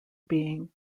being